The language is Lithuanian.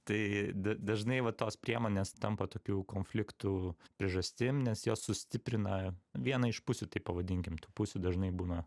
tai d dažnai va tos priemonės tampa tokių konfliktų priežastim nes jos sustiprina vieną iš pusių taip pavadinkim tų pusių dažnai būna